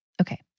Okay